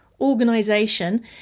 organization